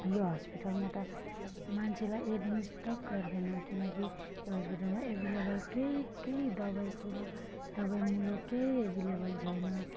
यो हस्पिटलमा त मान्छेलाई एडमिट तक गर्दैन किनकि यो हस्पिटलमा एभाइलेबल केही केही दबाई कुरो दबाईमुलो केही एभाइलेबल छैन